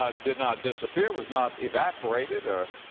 ah did not dissappear, was not evaporated or,